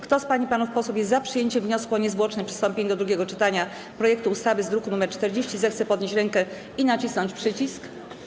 Kto z pań i panów posłów jest za przyjęciem wniosku o niezwłoczne przystąpienie do drugiego czytania projektu ustawy z druku nr 40, zechce podnieść rękę i nacisnąć przycisk.